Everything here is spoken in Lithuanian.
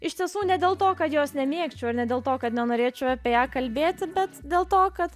iš tiesų ne dėl to kad jos nemėgčiau ar ne dėl to kad nenorėčiau apie ją kalbėti bet dėl to kad